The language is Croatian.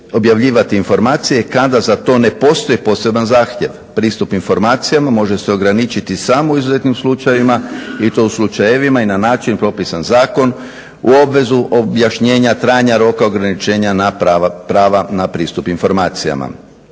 objavljivati informacije kada za to ne postoji poseban zahtjev. Pristup informacijama može se ograničiti samo u izuzetnim slučajevima i to u slučajevima i na način propisan zakonom u obvezu objašnjenja trajanja roka ograničenja na prava na pristup informacijama.